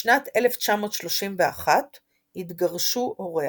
בשנת 1931 התגרשו הוריה.